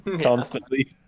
constantly